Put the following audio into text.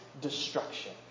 destruction